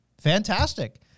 Fantastic